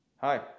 hi